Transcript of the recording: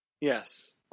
Yes